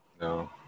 No